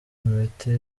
imiti